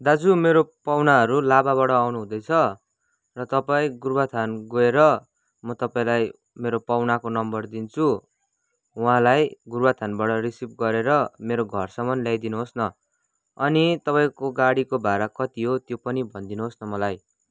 दाजु मेरो पाहुनाहरू लाभाबाट आउनु हुँदैछ र तपाईँ गोरुबथान गएर म तपाईँलाई मेरो पाहुनाको नम्बर दिन्छु उहाँलाई गोरुबथानबाट रिसिभ गरेर मेरो घरसम्म ल्याइदिनुहोस् न अनि तपाईँको गाडीको भाडा कति हो त्यो पनि भनिदिनुहोस् न मलाई